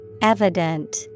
Evident